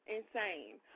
Insane